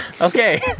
Okay